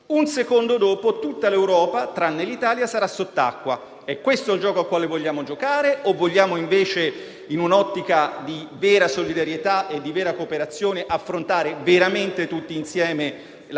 un secondo dopo tutta l'Europa, tranne l'Italia, sarà sott'acqua. È questo il gioco al quale vogliamo giocare o vogliamo invece, in un'ottica di vera solidarietà e di vera cooperazione, affrontare veramente tutti insieme la